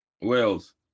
Wales